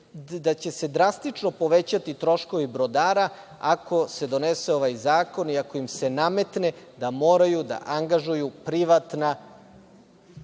da će se drastično povećati troškovi brodara ako se donese ovaj zakon i ako im se nametne da moraju da angažuju privatna